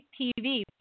TV